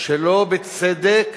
שלא בצדק